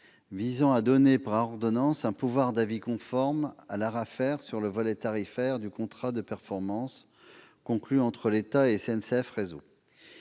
souhaité donner, par ordonnance, un pouvoir d'avis conforme à l'ARAFER sur le volet tarifaire du contrat de performance conclu entre l'État et SNCF Réseau.